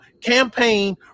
campaign